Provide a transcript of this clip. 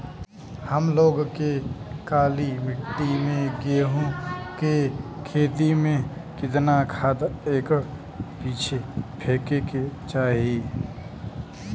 हम लोग के काली मिट्टी में गेहूँ के खेती में कितना खाद एकड़ पीछे फेके के चाही?